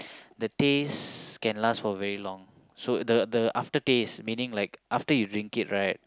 the taste can last for very long so the the aftertaste meaning like after you drink it right